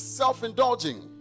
self-indulging